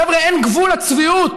חבר'ה, אין גבול לצביעות.